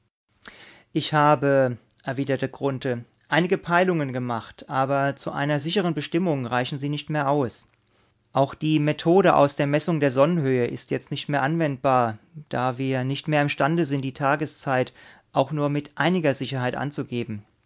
ich habe erwiderte grunthe einige peilungen gemacht aber zu einer sicheren bestimmung reichen sie nicht mehr aus auch die methode aus der messung der sonnenhöhe ist jetzt nicht anwendbar da wir nicht mehr imstande sind die tageszeit auch nur mit einiger sicherheit anzugeben